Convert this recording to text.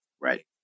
right